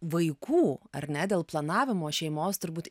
vaikų ar ne dėl planavimo šeimos turbūt